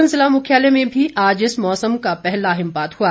सोलन ज़िला मुख्यालय में भी आज इस मौसम का पहला हिमपात हुआ